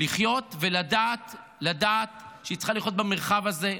לחיות ולדעת שהיא צריכה לחיות במרחב הזה,